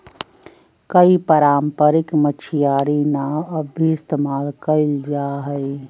कई पारम्परिक मछियारी नाव अब भी इस्तेमाल कइल जाहई